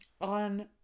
On